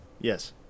yes